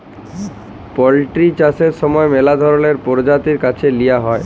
poultry চাষের সময় ম্যালা ধরলের পরজাতি বাছে লিঁয়া হ্যয়